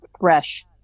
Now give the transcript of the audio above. fresh